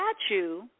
statue